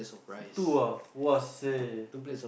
two ah !wahseh!